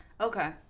Okay